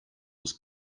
was